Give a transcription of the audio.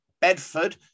Bedford